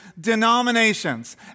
denominations